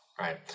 Right